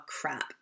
crap